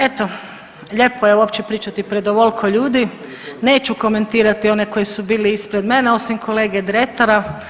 Eto, lijepo je uopće pričati pred ovolko ljudi, neću komentirati one koji su bili ispred mene osim kolege Dretara.